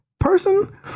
person